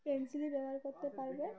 পেন্সিলই ব্যবহার করতে পারবে